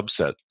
subset